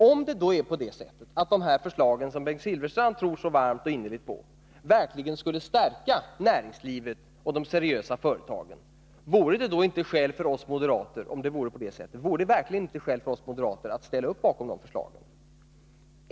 Om det är på det sättet att de förslag som Bengt Silfverstrand så varmt och innerligt tror på verkligen skulle stärka näringslivet och de seriösa företagen, fanns det då inte skäl för oss moderater att sluta upp bakom de förslagen?